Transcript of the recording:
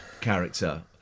character